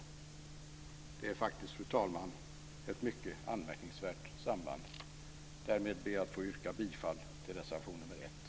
Det är faktiskt, fru talman, ett mycket anmärkningsvärt samband. Därmed ber jag att få yrka bifall till reservation nr 1.